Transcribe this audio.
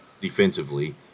defensively